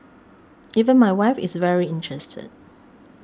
even my wife is very interested